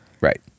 Right